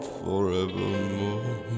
forevermore